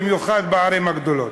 במיוחד בערים הגדולות.